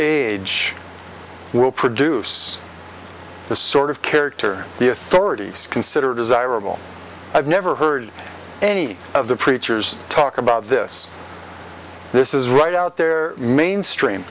age will produce the sort of character the authorities consider desirable i've never heard any of the preachers talk about this this is right out there mainstream